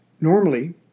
normally